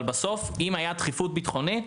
אבל אם הייתה דחיפות ביטחונית